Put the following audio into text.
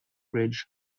bridge